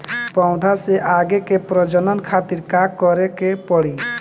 पौधा से आगे के प्रजनन खातिर का करे के पड़ी?